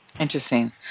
Interesting